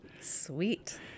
Sweet